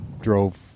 drove